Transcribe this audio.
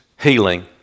healing